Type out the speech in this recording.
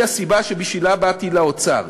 היא הסיבה שבשבילה באתי לאוצר".